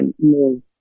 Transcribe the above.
move